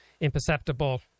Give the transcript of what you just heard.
imperceptible